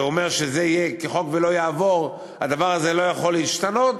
ואומר שזה יהיה כחוק ולא יעבור והדבר הזה לא יכול להשתנות,